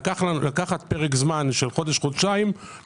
ולקחת פרק זמן של חודש-חודשיים כדי